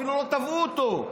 אפילו לא תבעו אותו.